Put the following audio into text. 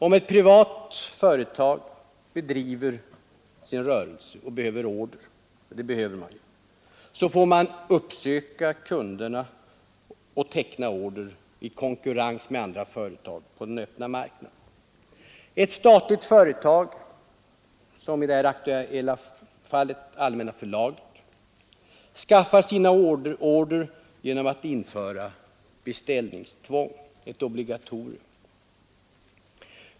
Om ett privat företag behöver order — och det behöver det ju — får man uppsöka kunderna och teckna order i konkurrens med andra företag på den öppna marknaden. Ett statligt företag, som i det aktuella fallet Allmänna förlaget, skaffar sina order genom att införa beställningstvång — ett obligatorium.